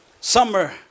summer